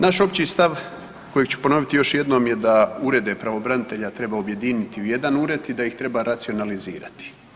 Naš opći stav kojeg ću ponoviti još jednom je da urede pravobranitelja treba objediniti u jedan ured i da ih treba racionalizirati.